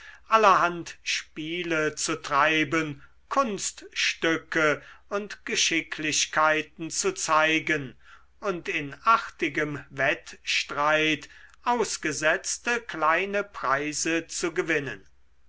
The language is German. allerhand spiele zu treiben kunststücke und geschicklichkeiten zu zeigen und in artigem wettstreit ausgesetzte kleine preise zu gewinnen